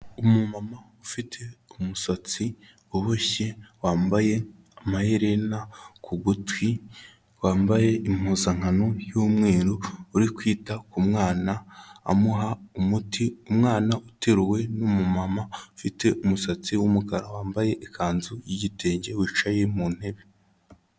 Umumama ufite umusatsi uboshye, wambaye amaherena ku gutwi, wambaye impuzankano y'umweru, uri kwita ku mwana amuha umuti, umwana uteruwe n'umumama ufite umusatsi w'umukara, wambaye ikanzu y'igitenge wicaye mu ntebe.